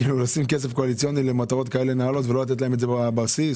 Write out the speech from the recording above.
לשים כסף קואליציוני למטרות כאלה נעלות ולא לתת להם את זה בבסיס?